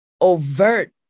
overt